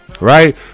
right